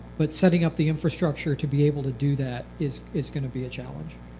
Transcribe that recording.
but setting up the infrastructure to be able to do that is is going to be a challenge.